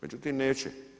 Međutim, neće.